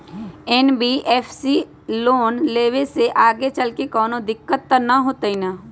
NBFC से loan लेबे से आगेचलके कौनो दिक्कत त न होतई न?